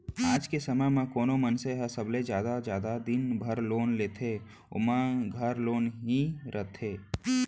आज के समे म कोनो मनसे ह सबले जादा जादा दिन बर लोन लेथे ओमा घर लोन ही रथे